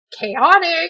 chaotic